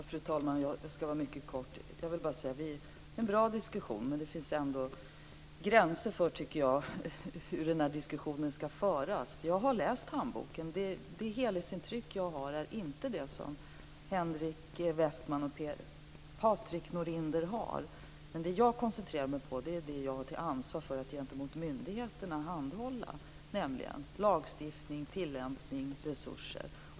Fru talman! Jag ska vara mycket kort. Jag vill bara säga att det är en bra diskussion, men det finns ändå gränser för hur den ska föras. Jag har läst handboken. Det helhetsintryck jag har är inte det som Henrik Westman och Patrik Norinder har. Det jag koncentrerar mig på är det jag har ansvar för att handha gentemot myndigheterna, nämligen lagstiftning, tillämpning och resurser.